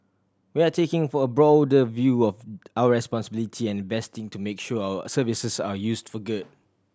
we are taking for a broader view of our responsibility and investing to make sure our services are used for good